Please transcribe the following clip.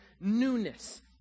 newness